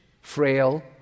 frail